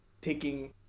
taking